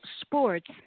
sports